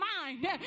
mind